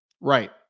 right